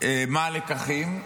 מה הלקחים,